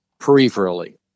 peripherally